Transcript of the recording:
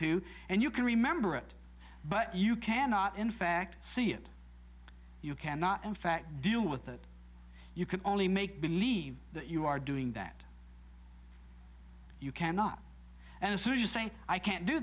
to and you can remember it but you cannot in fact see it you cannot in fact deal with it you can only make believe that you are doing that you cannot and as soon as you say i can't do